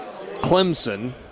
Clemson